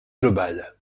global